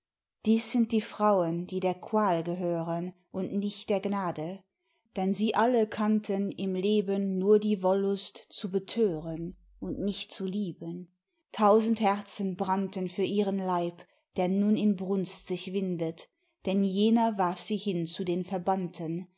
dies sind die frauen die der qual gehören und nicht der gnade denn sie alle kannten im leben nur die wollust zu betören und nicht zu lieben tausend herzen brannten für ihren leib der nun in brunst sich windet denn jener warf sie hin zu den verbannten